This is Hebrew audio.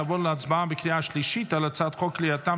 נעבור להצעה בקריאה שלישית על הצעת חוק כליאתם